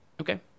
Okay